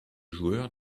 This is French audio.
joueur